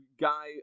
guy